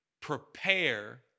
prepare